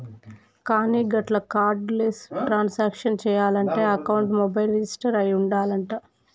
కానీ గట్ల cardless transaction చేయాలంటే అకౌంట్ మొబైల్ రిజిస్టర్ అయి ఉండాలంట